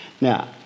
Now